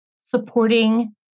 supporting